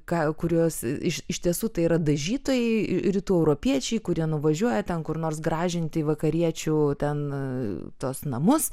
ką kuriuos iš iš tiesų tai yra dažytojai rytų europiečiai kurie nuvažiuoja ten kur nors gražinti vakariečių ten tuos namus